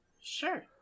sure